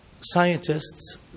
scientists